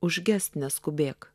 užgest neskubėk